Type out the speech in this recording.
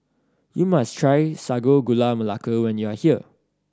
you must try Sago Gula Melaka when you are here